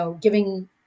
giving